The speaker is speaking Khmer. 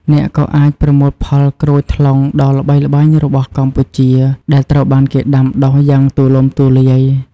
អ្នកក៏អាចប្រមូលផលក្រូចថ្លុងដ៏ល្បីល្បាញរបស់កម្ពុជាដែលត្រូវបានគេដាំដុះយ៉ាងទូលំទូលាយ។